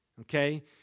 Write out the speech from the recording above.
Okay